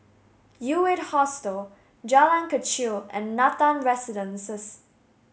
U Eight Hostel Jalan Kechil and Nathan Residences